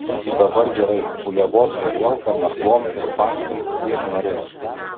dabar gerai uliavos su arielka mergom ir babkėm kiek norės